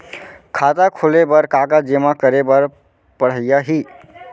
खाता खोले बर का का जेमा करे बर पढ़इया ही?